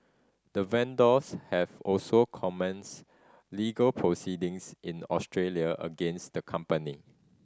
the vendors have also commenced legal proceedings in Australia against the company